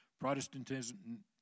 Protestantism